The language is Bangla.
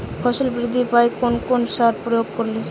ফসল বৃদ্ধি পায় কোন কোন সার প্রয়োগ করলে?